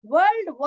World